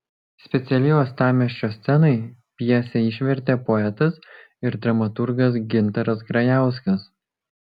specialiai uostamiesčio scenai pjesę išvertė poetas ir dramaturgas gintaras grajauskas